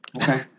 okay